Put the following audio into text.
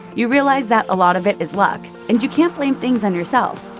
you realize that a lot of it is luck, and you can't blame things on yourself.